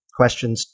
questions